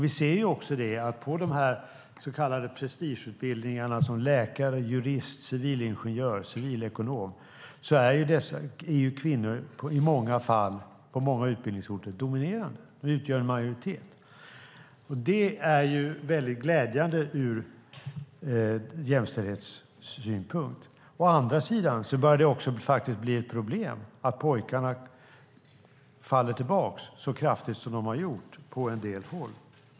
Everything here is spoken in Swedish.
Vi ser också att på de så kallade prestigeutbildningarna till läkare, jurist, civilingenjör och civilekonom är kvinnor i många fall, på många utbildningsorter, dominerande. De utgör en majoritet. Det är väldigt glädjande ur jämställdhetssynpunkt. Å andra sidan börjar det bli ett problem att pojkarna faller tillbaka så kraftigt som de har gjort på en del håll.